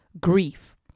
grief